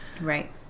Right